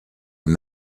and